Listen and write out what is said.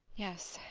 yes,